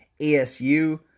ASU